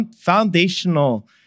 foundational